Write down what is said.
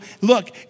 look